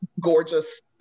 gorgeous